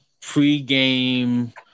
pregame